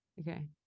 Okay